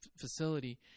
facility